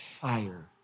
fire